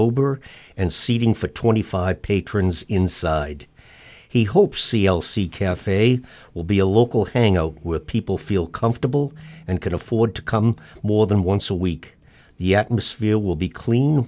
october and seating for twenty five patrons inside he hopes e l c cafe will be a local hangout with people feel comfortable and could afford to come more than once a week the atmosphere will be clean